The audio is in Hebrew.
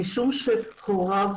משום שהוריו